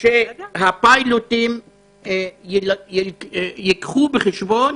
שהפיילוט ייקח בחשבון